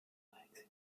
komplexität